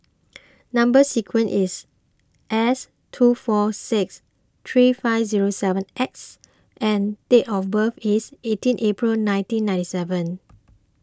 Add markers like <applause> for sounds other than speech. <noise> Number Sequence is S two four six three five zero seven X and date of birth is eighteen April nineteen ninety seven